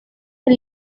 del